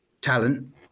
talent